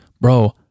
bro